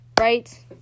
right